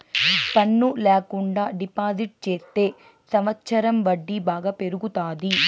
పన్ను ల్యాకుండా డిపాజిట్ చెత్తే సంవచ్చరం వడ్డీ బాగా పెరుగుతాది